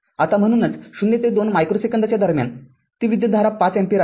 आताम्हणूनच ० ते २ मायक्रो सेकंदाच्या दरम्यानती विद्युतधारा ५ एम्पीअर आहे